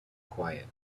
quiet